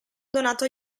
donato